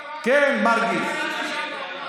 פספסתי את זה.